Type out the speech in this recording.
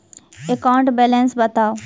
account balance बताउ